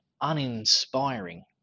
uninspiring